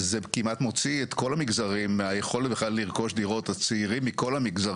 קודם כל הממשלה סוברנית להחליט שהיא רוצה להוסיף משרדי ממשלה.